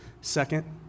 Second